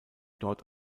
dort